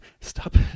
stop